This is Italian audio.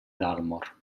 dalmor